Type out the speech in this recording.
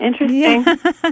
Interesting